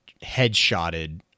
headshotted